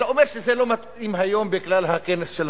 אלא אומר שזה לא מתאים היום בגלל כנס הקוורטט,